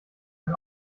ein